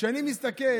כשאני מסתכל